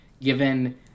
given